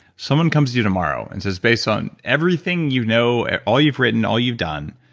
someone comes to you tomorrow and says, based on everything you know, all you've written, all you've done,